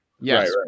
yes